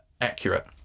accurate